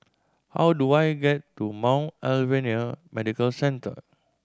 how do I get to Mount Alvernia Medical Centre